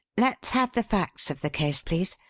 let's have the facts of the case, please.